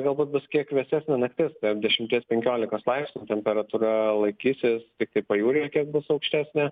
galbūt bus kiek vėsesnė naktis beveik dešimties penkiolikos laipsnių temperatūra laikysis tiktai pajūryje kiek bus aukštesnė